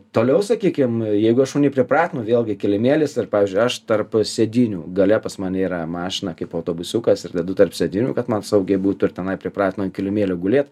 toliau sakykim jeigu aš šunį pripratinu vėlgi kilimėlis ir pavyzdžiui aš tarp sėdynių gale pas mane yra mašina kaip autobusiukas ir dedu tarp sėdynių kad man saugiai būtų ir tenai pripratinu ant kilimėlio gulėt